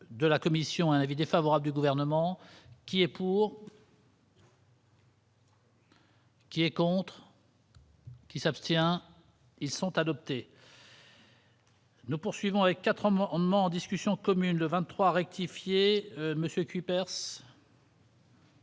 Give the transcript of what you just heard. de la Commission, un avis défavorable du gouvernement qui est pour. Qui est contre. Qui s'abstient ils sont adoptés. Nous poursuivons avec 4 mois en en en discussion commune le 23 rectifier monsieur Cuypers.